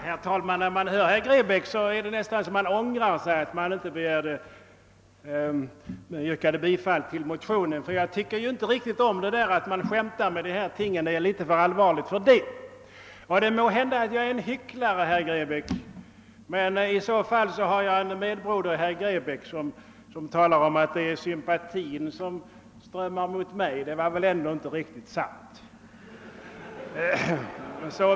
Herr talman! När jag hör herr Grebäck ångrar jag nästan att jag inte yrkade bifall till motionen. Jag tycker inte riktigt om att man skämtar med dessa ting, de är litet för allvarliga. Måhända är jag en hycklare, herr Grebäck, men i så fall har jag en broder i herr Grebäck, som talar om att sympatin strömmar mot mig. Det var väl ändå inte riktigt sant!